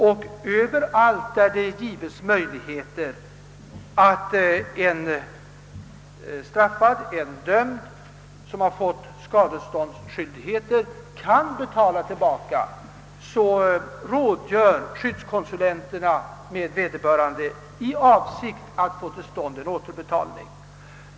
I alla de fall då en dömd, som fått sig ålagd skadeståndsskyldighet, kan betala tillbaka, rådgör skyddskonsulenten med vederbörande i avsikt att få till stånd en återbetalning.